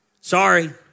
sorry